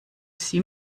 sie